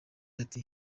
ati